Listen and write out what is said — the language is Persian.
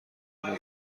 اون